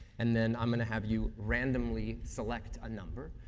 and then i'm going to have you randomly select a number,